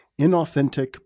inauthentic